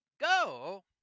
go